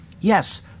Yes